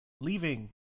leaving